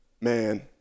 Man